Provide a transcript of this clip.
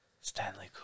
Stanley